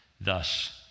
Thus